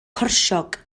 corsiog